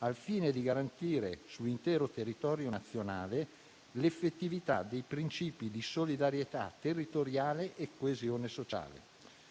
al fine di garantire, sull'intero territorio nazionale, l'effettività dei principi di solidarietà territoriale e coesione sociale».